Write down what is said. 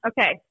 Okay